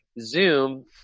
Zoom